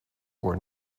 were